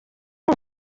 ari